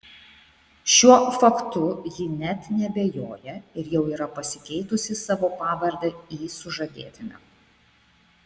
šiuo faktu ji net neabejoja ir jau yra pasikeitusi savo pavardę į sužadėtinio